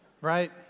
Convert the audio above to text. right